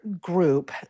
group